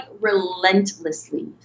relentlessly